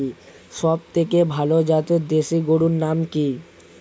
সবথেকে ভালো জাতের দেশি গরুর নাম কি?